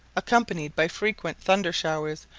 accompanied by frequent thunder-showers,